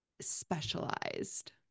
specialized